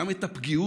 גם את הפגיעות,